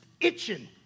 itching